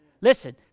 Listen